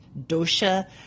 dosha